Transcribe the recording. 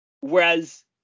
Whereas